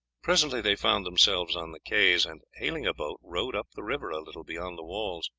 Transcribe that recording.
presently they found themselves on the quays, and, hailing a boat, rowed up the river a little beyond the walls.